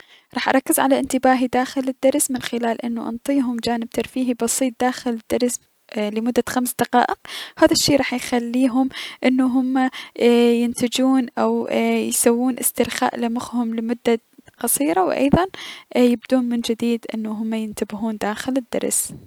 راح اركز على انتباههم داخل الدرس من خلال اني انطيهم جانب ترفيهي بسيط داخل الدرس اي- لمدة خمس دقائق. هذا الشي راح يخليهم اي انو هما ينتجون او انو يسوون استرخاء لمخهم لمدة قصيرة و ايضا يبدون من جديد انو هما ينتبهون داخل الدرس.